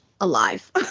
alive